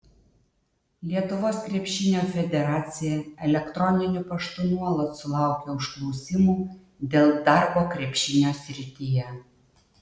lietuvos krepšinio federacija elektroniniu paštu nuolat sulaukia užklausimų dėl darbo krepšinio srityje